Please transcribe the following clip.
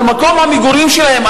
על מקום המגורים שלהם,